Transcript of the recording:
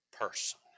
person